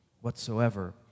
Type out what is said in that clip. whatsoever